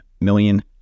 million